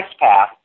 path